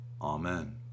Amen